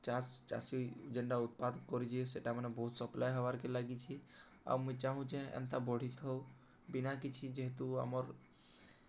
ଚାଷ୍ ଚାଷୀ ଯେନ୍ଟା ଉତ୍ପାଦ କରିଚି ସେଟା ମାନେ ବହୁତ ସପ୍ଲାଏ ହବାର୍କେ ଲାଗିଛି ଆଉ ମୁଇଁ ଚାହୁଁଛେ ଏନ୍ତା ବଢ଼ିଥାଉ ବିନା କିଛି ଯେହେତୁ ଆମର୍